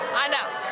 i know,